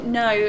no